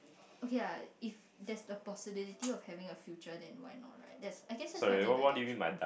okay lah if there's the possibility of having a future then why not right that's I guess that's what I mean by that